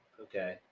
okay